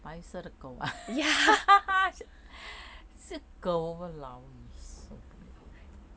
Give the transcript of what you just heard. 白色的狗啊 是狗 !walao! eh 受不了